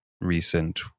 recent